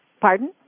Pardon